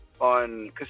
on